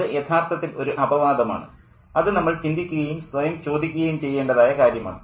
അത് യഥാർത്ഥത്തിൽ ഒരു അപവാദമാണ് അത് നമ്മൾ ചിന്തിക്കുകയും സ്വയം ചോദിക്കുകയും ചെയ്യേണ്ടതായ കാര്യമാണ്